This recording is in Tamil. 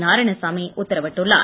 நாராயணசாமி உத்தரவிட்டுள்ளார்